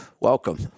welcome